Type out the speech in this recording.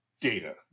data